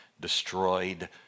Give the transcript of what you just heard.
destroyed